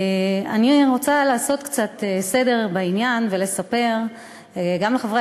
אני רוצה לעשות קצת סדר בעניין ולספר גם לחברי